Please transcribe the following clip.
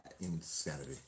Insanity